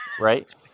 right